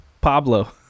Pablo